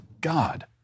God